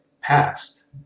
past